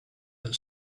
and